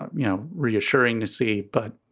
ah you know, reassuring to see. but,